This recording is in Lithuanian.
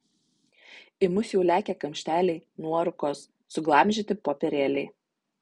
į mus jau lekia kamšteliai nuorūkos suglamžyti popierėliai